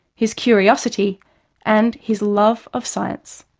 his curiosity and his love of science.